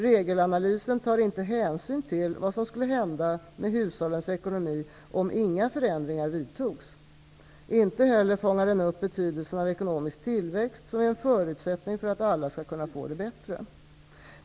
Regelanalysen tar inte hänsyn till vad som skulle hända med hushållens ekonomi om inga förändringar vidtogs. Inte heller fångar den upp betydelsen av ekonomisk tillväxt, som är en förutsättning för att alla skall kunna få det bättre.